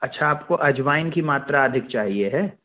अच्छा आपको अजवाइन की मात्रा अधिक चाहिए है